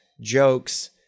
jokes